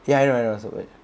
ya I wrote also leh